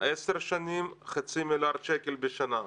עשר שנים, חצי מיליארד שקל בשנה.